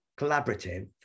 collaborative